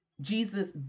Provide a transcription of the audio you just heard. Jesus